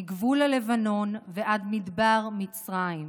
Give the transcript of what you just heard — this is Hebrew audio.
מגבול הלבנון ועד מדבר מצרים,